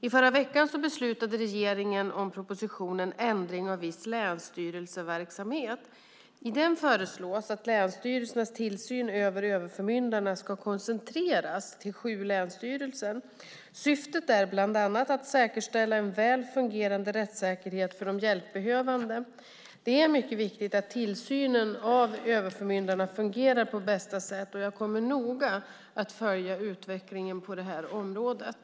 I förra veckan beslutade regeringen om propositionen Ändring av viss länsstyrelseverksamhet . I den föreslås att länsstyrelsernas tillsyn över överförmyndarna ska koncentreras till sju länsstyrelser. Syftet är bland annat att säkerställa en väl fungerande rättssäkerhet för de hjälpbehövande. Det är mycket viktigt att tillsynen av överförmyndarna fungerar på bästa sätt. Jag kommer noga att följa utvecklingen på området.